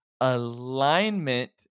alignment